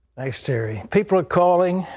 thanks, terry. people are calling.